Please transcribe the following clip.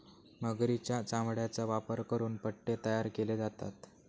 मगरीच्या चामड्याचा वापर करून पट्टे तयार केले जातात